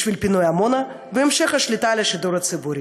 בשביל פינוי עמונה והמשך השליטה על השידור הציבורי.